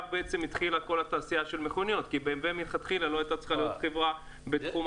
אני זוכר